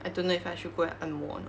I don't know if I should go and 按摩 or not